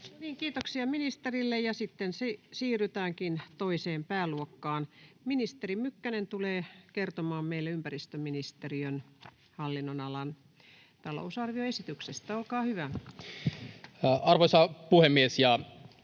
Kiitoksia ministerille. — Sitten siirrytäänkin toiseen pääluokkaan. Ministeri Mykkänen tulee kertomaan meille ympäristöministeriön hallinnonalan talousarvioesityksestä. — Olkaa hyvä. [Speech